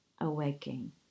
awakening